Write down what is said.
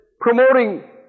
promoting